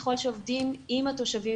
ככל שעובדים עם התושבים,